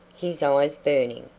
his eyes burning,